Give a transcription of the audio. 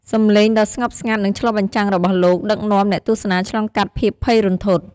សំឡេងដ៏ស្ងប់ស្ងាត់ និងឆ្លុះបញ្ចាំងរបស់លោក ដឹកនាំអ្នកទស្សនាឆ្លងកាត់ភាពភ័យរន្ធត់ ។